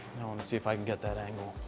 see if i can get that angle.